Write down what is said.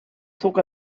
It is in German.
zog